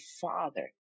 Father